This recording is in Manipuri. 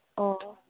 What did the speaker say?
ꯑꯣ